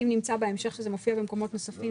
אם נמצא בהמשך שזה מופיע במקומות נוספים,